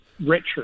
richer